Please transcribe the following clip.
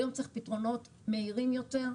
היום צריך פתרונות מהירים יותר,